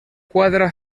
cuadra